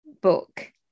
book